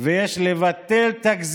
תודה רבה.